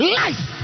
life